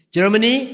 Germany